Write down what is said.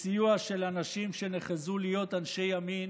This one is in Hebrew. בסיוע של האנשים שנחזו להיות אנשי ימין